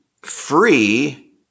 free